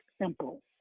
simple